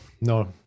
no